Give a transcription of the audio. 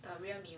the rear mirror